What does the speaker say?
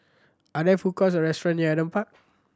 are there food courts or restaurant near Adam Park